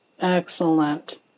Excellent